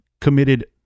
committed